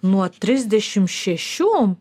nuo trisdešimt šešių